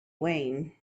wayne